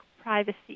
privacy